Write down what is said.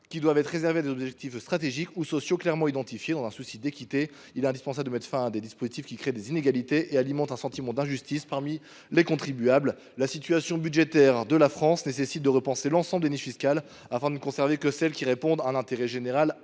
doivent être réservées à des objectifs stratégiques ou sociaux clairement identifiés, dans un souci d’équité. Il est indispensable de mettre fin à des dispositifs qui créent des inégalités et alimentent un sentiment d’injustice parmi les contribuables. La situation budgétaire de la France nécessite de repenser l’ensemble des niches fiscales, afin de ne conserver que celles qui répondent à un intérêt général